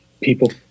people